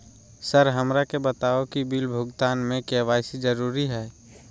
Sir हमरा के बताओ कि बिल भुगतान में के.वाई.सी जरूरी हाई?